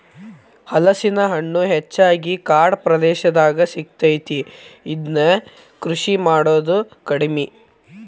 ಹಲಸಿನ ಹಣ್ಣು ಹೆಚ್ಚಾಗಿ ಕಾಡ ಪ್ರದೇಶದಾಗ ಸಿಗತೈತಿ, ಇದ್ನಾ ಕೃಷಿ ಮಾಡುದ ಕಡಿಮಿ